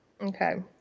Okay